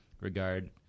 regard